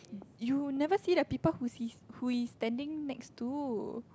you never see the people who's he who is standing next to